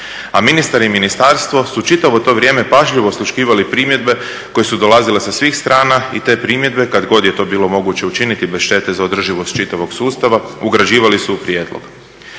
a ministar i ministarstvo su čitavo to vrijeme pažljivo osluškivali primjedbe koje su dolazile sa svih strana i te primjedbe kada god je to bilo moguće učiniti bez štete za održivost čitavog sustava ugrađivali su u prijedlog.